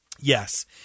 Yes